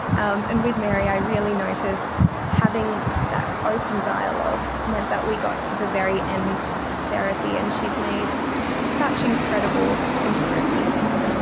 um and with mary i really noticed that having that open dialogue meant that we got to the very end of therapy and she had made such incredible improvements,